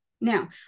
Now